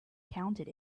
counted